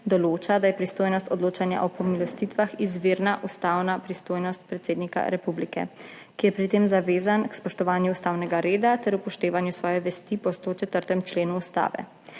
določa, da je pristojnost odločanja o pomilostitvah izvirna ustavna pristojnost predsednika republike, ki je pri tem zavezan k spoštovanju ustavnega reda ter upoštevanju svoje vesti po 104. členu Ustave.